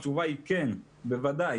התשובה היא כן, בוודאי.